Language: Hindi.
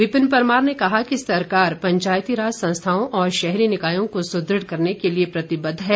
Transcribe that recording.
विपिन परमार ने कहा कि सरकार पंचायती राज संस्थाओं और शहरी निकायों को सुदृढ़ करने के लिए प्रतिबद्ध है